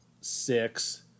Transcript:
six